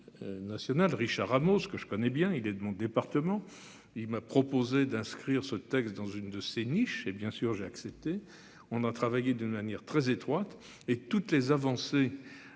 Richard Ramos, ceux que je connais bien, il est de mon département, il m'a proposé d'inscrire ce texte dans une de ses niches et bien sûr, j'ai accepté. On a travaillé de manière très étroite et toutes les avancées